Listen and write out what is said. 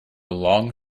long